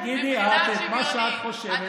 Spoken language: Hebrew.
תגידי את את מה שאת חושבת.